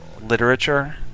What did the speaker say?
literature